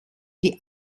die